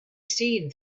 seen